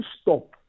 stop